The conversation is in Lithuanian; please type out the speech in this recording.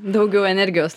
daugiau energijos